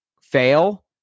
fail